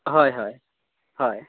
हय हय हय